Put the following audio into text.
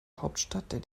hauptstadt